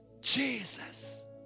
Jesus